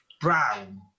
brown